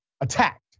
attacked